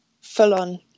full-on